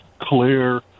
clear